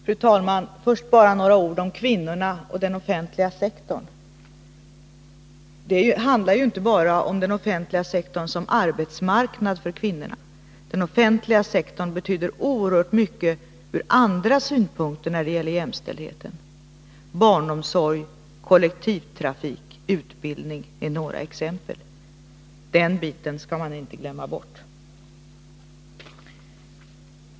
Fru talman! Först bara några ord om kvinnorna och den offentliga sektorn. Det handlar ju inte bara om den offentliga sektorn som arbetsmarknad för kvinnorna. Den offentliga sektorn betyder oerhört mycket från andra synpunkter när det gäller jämställdheten. Barnomsorg, kollektivtrafik och utbildning är några exempel. Den biten skall man inte glömma bort.